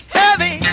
Heavy